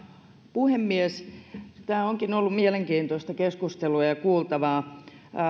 puhemies tämä onkin ollut mielenkiintoista keskustelua ja kuultavaa